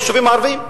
ביישובים הערביים,